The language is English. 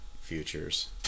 futures